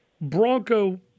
Bronco